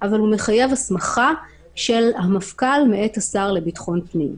אבל הוא מחייב הסמכה של המפכ"ל מאת השר לביטחון פנים,